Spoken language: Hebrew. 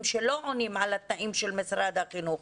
לא עונים על התנאים של משרד החינוך,